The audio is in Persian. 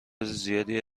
زیادی